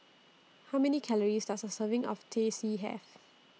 How Many Calories Does A Serving of Teh C Have